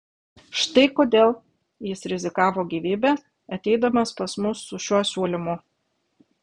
štai kodėl jis rizikavo gyvybe ateidamas pas mus su šiuo siūlymu